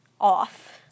off